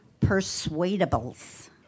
persuadables